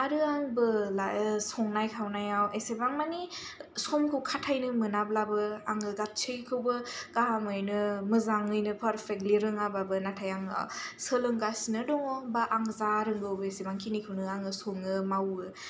आरो आंबो लाय संनाय खावनायाव एसेबां मानि समखौ खाथायनो मोनाब्लाबो आंनो गासैखौबो गाहामैनो मोजाङैनो फारफेकलि रोङाबाबो नाथाय आङो सोलोंगासिनो दङ बा आं जा रोंगौ बेसेबां खिनिखौनोआङो सङो माववो